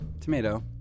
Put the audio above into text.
Tomato